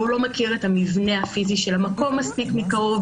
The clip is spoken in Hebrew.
אבל הוא לא מכיר את המבנה הפיזי של המקום מספיק מקרוב,